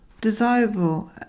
desirable